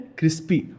crispy